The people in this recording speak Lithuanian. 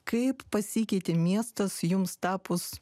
kaip pasikeitė miestas jums tapus